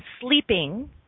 sleeping